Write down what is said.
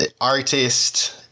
artist